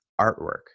artwork